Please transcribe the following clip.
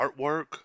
artwork